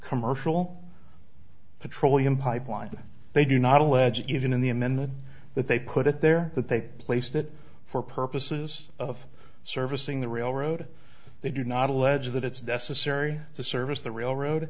commercial petroleum pipeline they do not a legit even in the amendment that they put it there that they placed it for purposes of servicing the railroad they do not allege that it's necessary to service the railroad